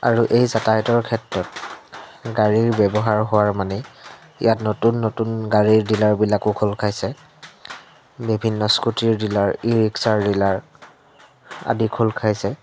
আৰু এই যাতায়তৰ ক্ষেত্ৰত গাড়ীৰ ব্যৱহাৰ হোৱাৰ মানে ইয়াত নতুন নতুন গাড়ীৰ ডিলাৰবিলাকো খোল খাইছে বিভিন্ন স্কুটিৰ ডিলাৰ ই ৰিক্সাৰ ডিলাৰ আদি খোল খাইছে